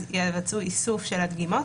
אז יהיה איסוף של הדגימות.